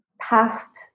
past